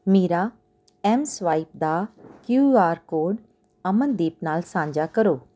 ਮੇਰਾ M swipe ਦਾ Q R code Amandeep ਨਾਲ ਸਾਂਝਾ ਕਰੋ